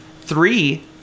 three